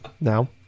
now